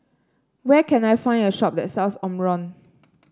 where can I find a shop that sells Omron